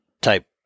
type